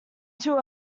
too